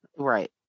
Right